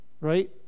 Right